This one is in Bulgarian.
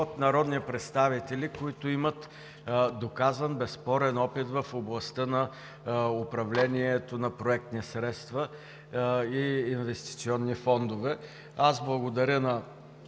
от народни представители, които имат доказан безспорен опит в областта на управлението на проектни средства и инвестиционни фондове. Благодаря на